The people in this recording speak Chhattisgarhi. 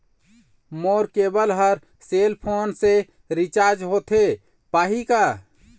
मोर केबल हर सेल फोन से रिचार्ज होथे पाही का?